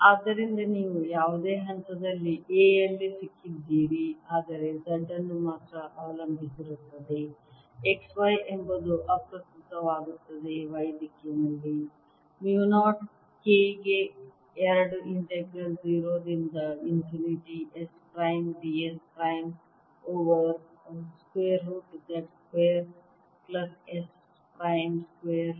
ಆದ್ದರಿಂದ ನೀವು ಯಾವುದೇ ಹಂತದಲ್ಲಿ A ಯಲ್ಲಿ ಸಿಕ್ಕಿದ್ದೀರಿ ಆದರೆ Z ಅನ್ನು ಮಾತ್ರ ಅವಲಂಬಿಸಿರುತ್ತದೆ xy ಎಂಬುದು ಅಪ್ರಸ್ತುತವಾಗುತ್ತದೆ y ದಿಕ್ಕಿನಲ್ಲಿ ಮ್ಯೂ 0 K ಗೆ 2 ಇಂಟೆಗ್ರಲ್ 0 ಇಂದ infinity S prime d s prime over square root Z square plus s prime square